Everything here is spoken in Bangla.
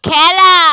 খেলা